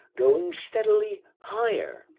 going steadily higher.